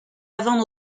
avant